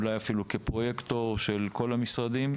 אולי אפילו כפרויקטור של כלל המשרדים,